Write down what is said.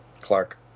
Clark